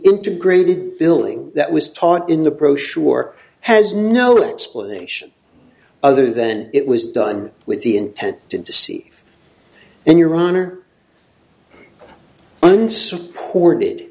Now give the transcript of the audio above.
integrated billing that was taught in the pro sure has no explanation other than it was done with the intent to deceive and your honor unsupported